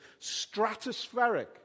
stratospheric